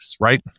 right